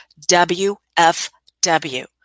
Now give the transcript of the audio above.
WFW